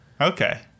okay